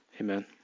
Amen